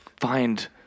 find